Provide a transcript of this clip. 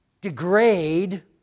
degrade